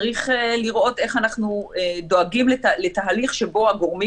צריך לראות איך אנחנו דואגים לתהליך שבו הגורמים